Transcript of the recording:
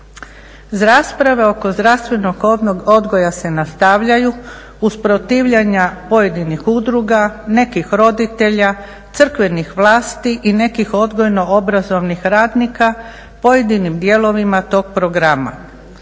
Rasprave oko zdravstvenog odgoja se nastavljaju uz protivljenja pojedinih udruga, nekih roditelja, crkvenih vlasti i nekih odgojno-obrazovnih radnika u pojedinim dijelovima tog programa.